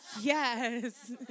yes